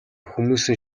хүмүүсийн